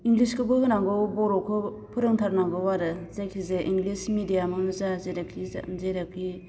इंग्लिसखौबो होनांगौ बर'खौ फोरोंथारनांगौ आरो जायखि जाया इंग्लिस मेडियामआनो जा जेरावखि जेरावखि